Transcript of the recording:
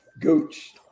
Gooch